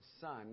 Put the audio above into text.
son